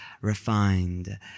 refined